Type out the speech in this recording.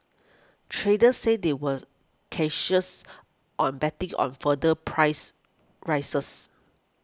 traders said they were cautious on betting on further price rises